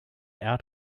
out